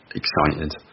excited